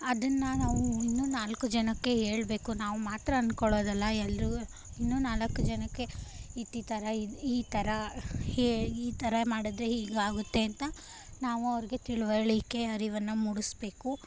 ಅದನ್ನು ನಾವು ಇನ್ನೂ ನಾಲ್ಕು ಜನಕ್ಕೆ ಹೇಳ್ಬೇಕು ನಾವು ಮಾತ್ರ ಅಂದ್ಕೊಳ್ಳೋದಲ್ಲ ಎಲ್ರಿಗೂ ಇನ್ನೂ ನಾಲ್ಕು ಜನಕ್ಕೆ ಇತ್ತು ಈ ಥರ ಈ ಈ ಥರ ಹೆ ಈ ಥರ ಮಾಡಿದರೆ ಹೀಗಾಗುತ್ತೆ ಅಂತ ನಾವು ಅವ್ರಿಗೆ ತಿಳುವಳಿಕೆ ಅರಿವನ್ನು ಮೂಡಿಸಬೇಕು